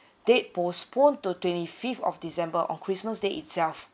date postponed to twenty-fifth of december on christmas day itself